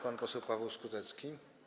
Pan poseł Paweł Skutecki?